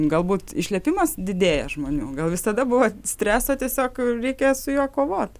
galbūt išlepimas didėja žmonių gal visada buvo streso tiesiog reikia su juo kovot